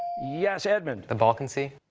yes, edmund. the balkan sea?